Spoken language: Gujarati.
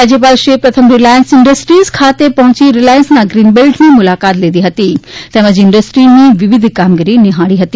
રાજ્યપાલશ્રીએ પ્રથમ રિલાયન્સ ઈન્ડસ્ટ્રીઝ ખાતે પહોંચી રિલાયન્સના ગ્રીન બેલ્ટની મુલાકાત લીધી હતી તેમજ ઈન્ડસ્ટ્રીની વિવિધ કામગીરી નિફાળી હતી